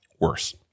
Worse